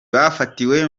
bafatiwe